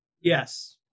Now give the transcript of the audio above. Yes